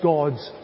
God's